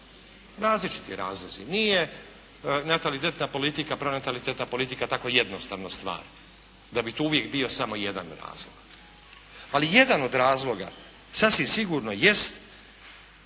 Različiti razlozi. Nije natalitetna politika, pronatalitetna politika tako jednostavna stvar da bi tu uvijek bio samo jedan razlog ali jedan od razloga sasvim sigurno jest